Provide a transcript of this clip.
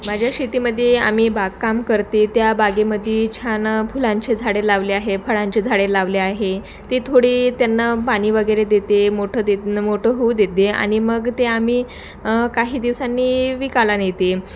माझ्या शेतीमध्ये आम्ही बागकाम करते त्या बागेमध्ये छान फुलांचे झाडे लावले आहे फळांचे झाडे लावले आहे ते थोडी त्यांना पाणी वगैरे देते मोठं देत न मोठं होऊ देते आणि मग ते आम्ही काही दिवसांनी विकायला नेते